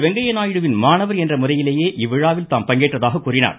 வெங்கய்ய நாயுடுவின் மாணவர் என்ற முறையிலே இவ்விழாவில் தாம் பங்கேற்றதாக கூறினார்